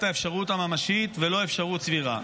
את האפשרות הממשית ואפשרות סבירה.